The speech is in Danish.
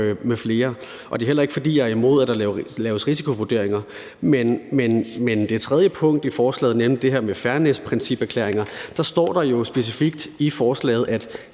m.fl. Og det er heller ikke, fordi jeg er imod, at der laves risikovurderinger. Men i forslagets tredje punkt om fairnessprinciperklæringer står der jo specifikt: » Dette